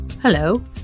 Hello